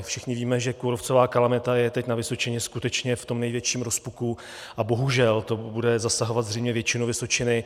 Všichni víme, že kůrovcová kalamita je teď na Vysočině skutečně v tom největším rozpuku a bohužel to bude zasahovat zřejmě většinu Vysočiny.